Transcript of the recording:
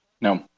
No